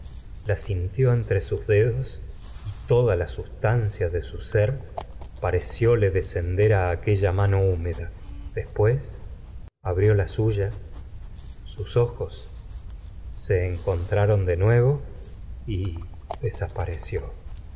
la sintió entre sus dedos y toda la sustancia de su sér parecióle descender á aquella mano húmeda después abrió la suya sus ojos se encontraron de nuevo y desapareció